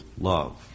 love